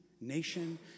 nation